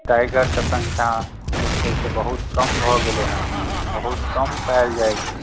टाइगरके संख्या जे छै से बहुत कम भऽ गेलै हन बहुत कम पाओल जाइ छै